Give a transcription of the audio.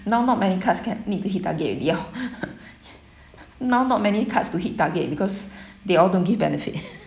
now not many cards can need to hit target already oh now not many cards to hit target because they all don't give benefit